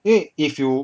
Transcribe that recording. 因为 if you